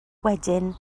wedyn